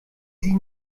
sie